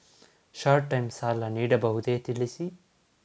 Short time ಸಾಲ ನೀಡಬಹುದೇ ತಿಳಿಸಿ?